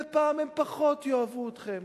ופעם הם פחות יאהבו אתכם.